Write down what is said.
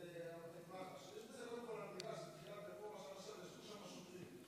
תהיה תגובה לשר המשפטים,